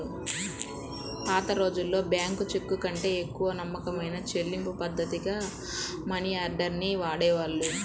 పాతరోజుల్లో బ్యేంకు చెక్కుకంటే ఎక్కువ నమ్మకమైన చెల్లింపుపద్ధతిగా మనియార్డర్ ని వాడేవాళ్ళు